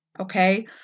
Okay